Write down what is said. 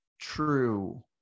true